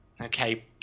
Okay